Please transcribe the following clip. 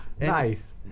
Nice